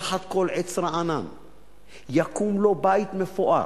ותחת כל עץ רענן יקום לו בית מפואר,